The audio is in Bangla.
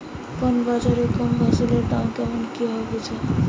কোন বাজারে কোন ফসলের দাম কেমন কি ভাবে বুঝব?